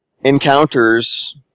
encounters